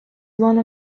one